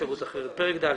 פרק ד'.